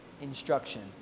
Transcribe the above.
instruction